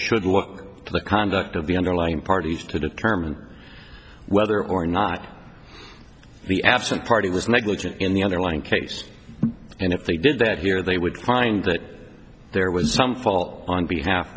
should look to the conduct of the underlying parties to determine whether or not the absent party was negligent in the underlying case and if they did that here they would find that there was some fault on behalf